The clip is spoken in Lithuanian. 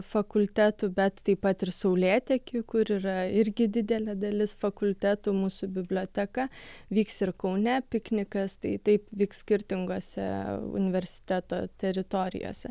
fakultetų bet taip pat ir saulėteky kur yra irgi didelė dalis fakultetų mūsų biblioteka vyks ir kaune piknikas tai taip vyks skirtingose universiteto teritorijose